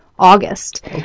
August